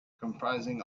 comprising